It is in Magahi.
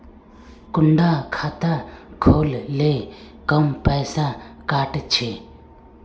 कुंडा खाता खोल ले कम पैसा काट छे?